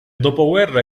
dopoguerra